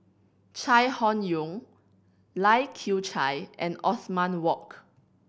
Chai Hon Yoong Lai Kew Chai and Othman Wok